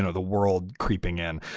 ah the world creeping in.